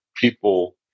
people